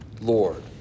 Lord